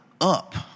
up